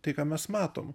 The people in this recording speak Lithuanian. tai ką mes matom